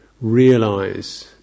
realize